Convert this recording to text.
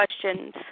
questions